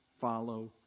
follow